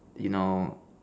you know